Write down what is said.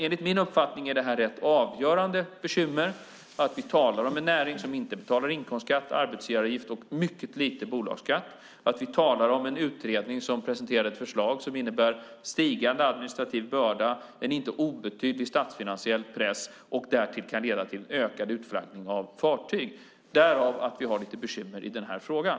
Enligt min uppfattning är det ett rätt avgörande bekymmer att vi talar om en näring som inte betalar inkomstskatt och arbetsgivaravgift och mycket lite bolagskatt. Vi talar om en utredning som presenterade ett förslag som innebär stigande administrativ börda, en inte obetydlig statsfinansiell press och därtill kan leda till ökad utflaggning av fartyg. Därför har vi lite bekymmer i den här frågan.